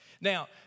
Now